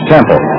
Temple